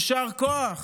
יישר כוח